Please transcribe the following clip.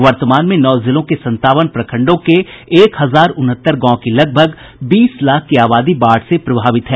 वर्तमान में नौ जिलों के संतावन प्रखंडों के एक हजार उनहत्तर गांव की लगभग बीस लाख की आबादी बाढ़ से प्रभावित है